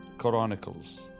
Chronicles